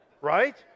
Right